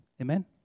Amen